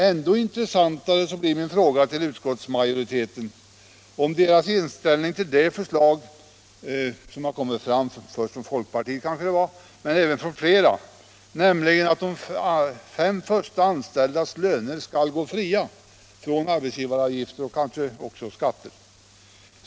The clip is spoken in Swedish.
Ännu intressantare blir min fråga till utskottsmajoriteten om dess inställning till det som jag tror först var folkpartiets förslag men som även flera anslutit sig till, nämligen att de första fem anställdas löner skall gå fria från arbetsgivaravgifter och kanske också socialavgifter.